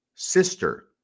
sister